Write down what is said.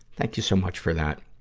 thank you so much for that.